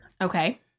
Okay